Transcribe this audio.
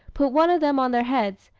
put one of them on their heads,